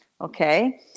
okay